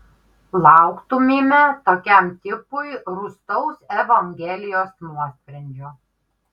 lauktumėme tokiam tipui rūstaus evangelijos nuosprendžio